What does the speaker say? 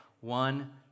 one